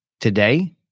Today